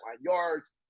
Yards